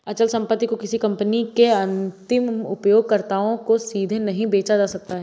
अचल संपत्ति को किसी कंपनी के अंतिम उपयोगकर्ताओं को सीधे नहीं बेचा जा सकता है